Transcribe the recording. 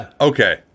okay